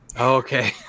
Okay